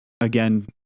again